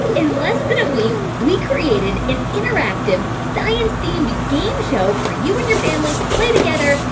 in less than a week, we created an interactive science-themed game show for you and your family to play together.